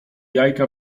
jajka